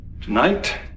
Tonight